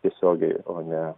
tiesiogiai o ne